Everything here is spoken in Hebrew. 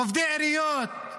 עובדי עיריות,